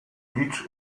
beach